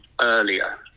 earlier